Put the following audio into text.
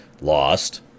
lost